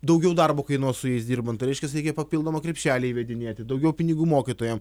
daugiau darbo kainuos su jais dirbant tai reiškias reikia papildomą krepšelį įvedinėti daugiau pinigų mokytojam